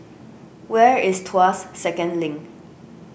where is Tuas Second Link